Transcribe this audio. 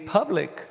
public